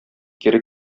кире